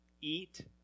eat